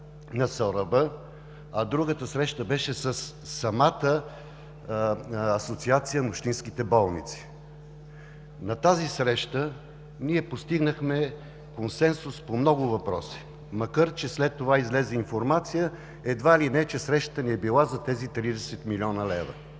България, а другата среща беше със самата Асоциация на общинските болници. На тази среща ние постигнахме консенсус по много въпроси, макар че след това излезе информация едва ли не, че срещата ни е била за тези 30 млн. лв.